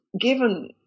given